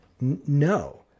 No